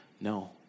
No